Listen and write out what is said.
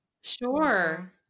Sure